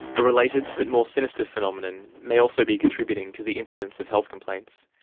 a related but more sinister phenomenon may also be contributing to the incidence of health complaints,